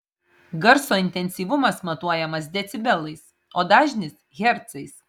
garso intensyvumas matuojamas decibelais o dažnis hercais